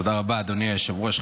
תודה רבה, אדוני היושב-ראש.